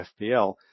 FPL